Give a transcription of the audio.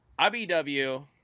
IBW